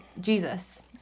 jesus